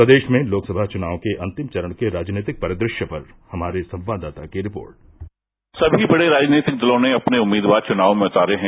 प्रदेश में लोकसभा चुनाव के अन्तिम चरण के राजनीतिक परिदृश्य पर हमारे संवाददाता की रिपोर्ट सभी बड़े राजनीतिक दलों ने अपने उम्मीदवार चुनाव में उतारे हैं